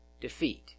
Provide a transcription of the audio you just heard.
defeat